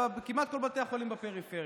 כמעט לכל בתי החולים בפריפריה.